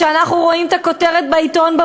אנחנו רואים בבוקר את הכותרת בעיתון על